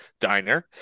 diner